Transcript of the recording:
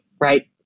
right